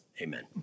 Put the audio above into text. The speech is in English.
Amen